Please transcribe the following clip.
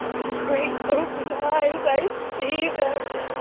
with great, open eyes. i see them!